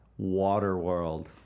Waterworld